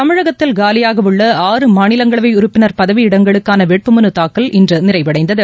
தமிழகத்தில் காலியாகஉள்ள மாநிலங்களவைஉறுப்பினர் ஆறு பதவியிடங்களுக்கானவேட்புமனுதாக்கல் இன்றுநிறைவடைந்தது